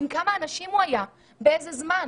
עם כמה אנשים הוא היה ובאיזה זמן.